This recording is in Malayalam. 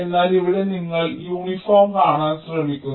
എന്നാൽ ഇവിടെ ഞങ്ങൾ യൂണിഫോം കാണാൻ ശ്രമിക്കുന്നു